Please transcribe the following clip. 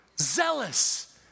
zealous